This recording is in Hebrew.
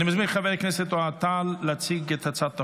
אני מזמין את חבר הכנסת אוהד טל להציג את הצעת החוק,